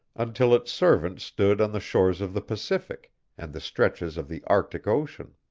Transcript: until its servants stood on the shores of the pacific and the stretches of the arctic ocean.